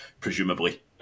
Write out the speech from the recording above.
presumably